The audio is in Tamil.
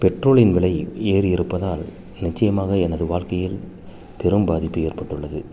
பெட்ரோலின் விலை ஏறி இருப்பதால் நிச்சயமாக எனது வாழ்க்கையில் பெரும்பாதிப்பு ஏற்பட்டுள்ளது